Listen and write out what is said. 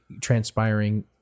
transpiring